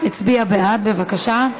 הצביעה בעד, בבקשה.